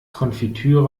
konfitüre